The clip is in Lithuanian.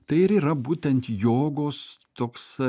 tai ir yra būtent jogos toks